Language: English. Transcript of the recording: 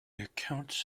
accounts